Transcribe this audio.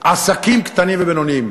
עסקים קטנים ובינוניים.